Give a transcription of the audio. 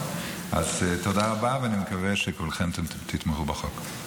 אז תודה רבה, ואני מקווה שכולכם תתמכו בחוק.